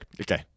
okay